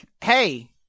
hey